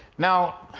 now,